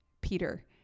Peter